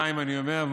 סליחה אם אני משווה,